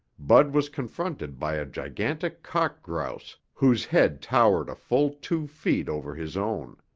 bud was confronted by a gigantic cock grouse whose head towered a full two feet over his own.